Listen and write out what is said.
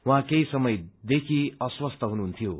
उहाँ केही समयदेखि अस्वस्थ हुनुहुन्थ्यो